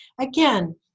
again